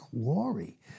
glory